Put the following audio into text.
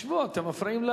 שבו, אתם מפריעים,